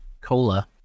cola